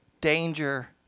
Danger